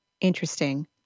interesting